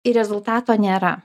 ir rezultato nėra